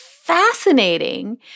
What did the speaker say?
fascinating—